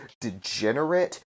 degenerate